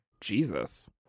jesus